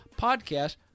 podcast